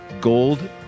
gold